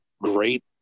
great